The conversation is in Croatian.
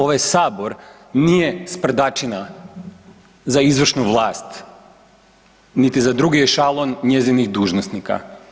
Ovaj sabor nije sprdačina za izvršnu vlast, niti za drugi šalon njezinih dužnosnika.